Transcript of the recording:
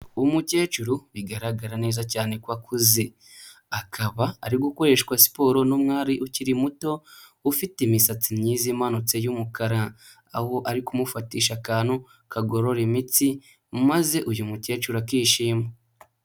Umukecuru bigaragara neza cyane ko akuze, akaba ari gukoreshwa siporo n'umwari ukiri muto ufite imisatsi myiza imanutse y'umukara, aho ari kumufatisha akantu kagorora imitsi maze uyu mukecuru akishima.